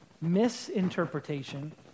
misinterpretation